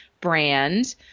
brand